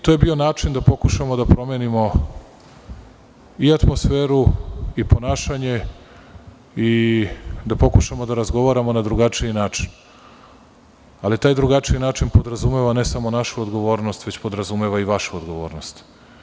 To je bio način da pokušamo da promenimo i atmosferu i ponašanje i da pokušamo da razgovaramo na drugačiji način, ali i taj drugačiji način podrazumeva ne samo našu odgovornost već podrazumeva i vašu odgovornost.